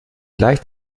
leicht